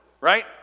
right